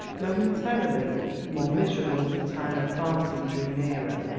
momentarily more miserable as the time of parting drew nearer,